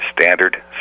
standard